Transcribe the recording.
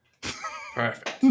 Perfect